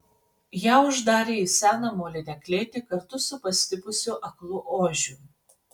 ją uždarė į seną molinę klėtį kartu su pastipusiu aklu ožiu